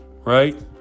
right